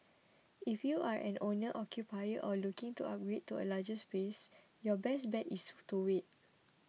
if you are an owner occupier or looking to upgrade to a larger space your best bet is to wait